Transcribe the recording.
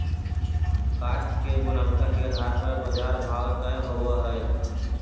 काष्ठ के गुणवत्ता के आधार पर बाजार भाव तय होवऽ हई